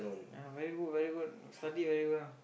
yeah very good very good study very well